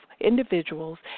individuals